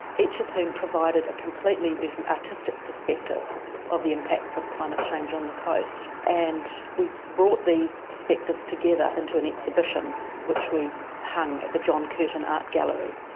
each of whom provided a completely different artistic perspective of the impacts of climate change on the coast. and we brought these perspectives together into an exhibition which we hung at the john curtin art gallery,